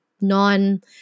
non